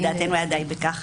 לדעתנו היה די בכך,